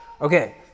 Okay